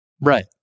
right